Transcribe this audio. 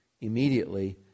immediately